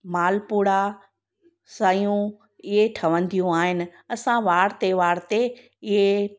मालपूरा सयूं इहे ठहंदियूं आहिनि असां वार त्योहार ते इहे पक प